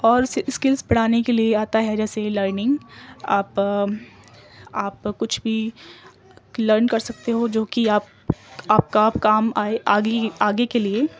اور اسکلس پڑھانے کے لیے آتا ہے جیسے لرننگ آپ آپ کچھ بھی لرن کر سکتے ہو جو کہ آپ کا کام آئے آگے آگے کے لیے